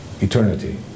Eternity